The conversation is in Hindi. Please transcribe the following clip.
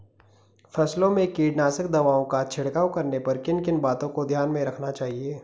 फसलों में कीटनाशक दवाओं का छिड़काव करने पर किन किन बातों को ध्यान में रखना चाहिए?